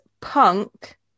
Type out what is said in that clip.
punk